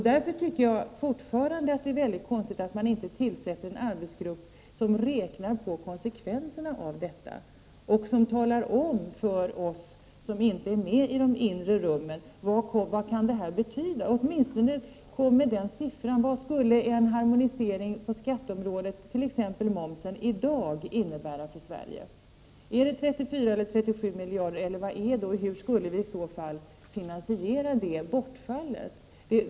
Därför tycker jag fortfarande att det är väldigt konstigt att man inte tillsätter en arbetsgrupp som räknar på konsekvenserna av detta och som talar om för oss som inte är med i de inre rummen vad det kommer att betyda. Kom åtminstone med en siffra: Vad skulle en harmonisering på skatteområdet, t.ex.-av momsen, i dag innebära för Sverige? Är det 34 eller 37 miljarder eller vad är det? Hur skulle vi i så fall finansiera bortfallet?